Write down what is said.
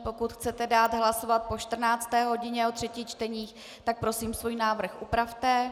Pokud chcete dát hlasovat po 14. hodině o třetích čteních, tak prosím svůj návrh upravte.